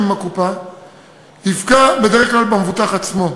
עם הקופה יפגע בדרך כלל במבוטח עצמו,